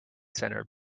center